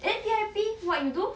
then V_I_P what you do